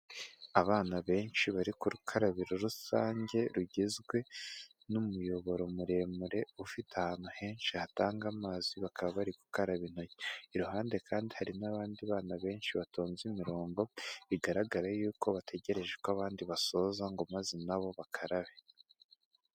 Abana benshi bari ku rukarabiro rusange rugizwe n'umuyoboro muremure ufite ahantu henshi hatanga amazi, bakaba bari gukaraba intoki. Iruhande kandi hari n'abandi bana benshi batonze imirongo, bigaragara y’uko bategereje ko abandi basoza ngo maze nabo bakarabe.